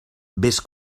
vés